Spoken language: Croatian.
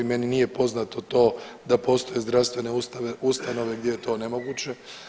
Meni nije poznato to da postoje zdravstvene ustanove gdje je to nemoguće.